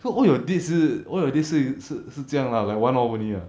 so all your date 是 all your dates 是是是这样啦 like one hour only ah